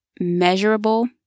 measurable